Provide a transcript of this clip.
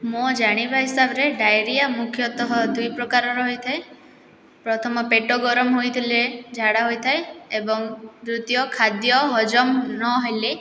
ମୋ ଜାଣିବା ହିସାବରେ ଡାଇରିଆ ମୁଖ୍ୟତଃ ଦୁଇ ପ୍ରକାରର ହୋଇଥାଏ ପ୍ରଥମ ପେଟ ଗରମ ହୋଇଥିଲେ ଝାଡ଼ା ହୋଇଥାଏ ଏବଂ ଦ୍ଵିତୀୟ ଖାଦ୍ୟ ହଜମ ନହେଲେ